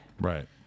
Right